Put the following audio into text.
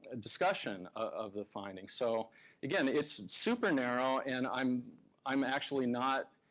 ah discussion of the findings. so again, it's super narrow, and i'm i'm actually not,